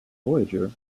voyager